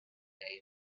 day